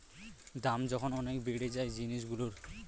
দাম যখন অনেক বেড়ে যায় জিনিসগুলোর